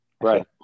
right